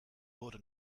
wurde